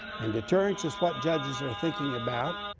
and deterrence is what judges are thinking about,